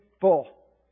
full